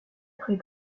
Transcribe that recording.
très